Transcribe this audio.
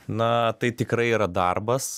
na tai tikrai yra darbas